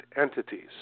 entities